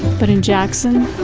but in jackson,